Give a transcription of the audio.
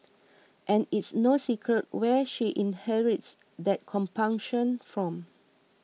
and it's no secret where she inherits that compunction from